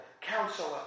Counselor